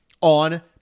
on